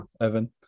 Evan